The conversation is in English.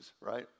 right